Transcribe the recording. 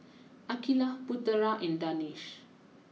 Aqilah Putera and Danish